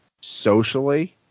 socially